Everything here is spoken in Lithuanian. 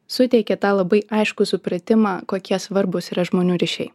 suteikė tą labai aiškų supratimą kokie svarbūs yra žmonių ryšiai